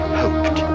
hoped